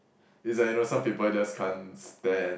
is like you know some people just can't stand